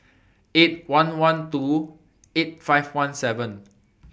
eight one one two eight five one seven